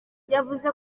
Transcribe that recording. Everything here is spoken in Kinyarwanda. yavuze